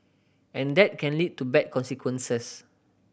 and that can lead to bad consequences